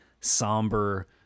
somber